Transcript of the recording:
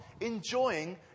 enjoying